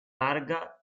larga